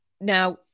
Now